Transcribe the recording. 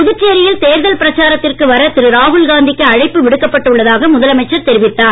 புதுச்சேரியில் தேர்தல் பிரச்சாரத்திற்கு வர திரு ராகுல்காந்திக்கு அழைப்பு விடுக்கப்பட்டு உள்ளதாக முதலமைச்சர் தெரிவித்தார்